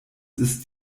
ist